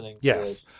Yes